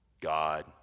God